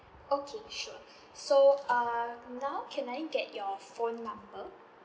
okay sure so err now can I get your phone number